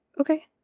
Okay